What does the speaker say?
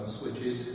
switches